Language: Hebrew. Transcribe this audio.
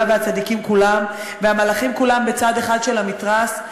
והצדיקים כולם והמלאכים כולם בצד אחד של המתרס,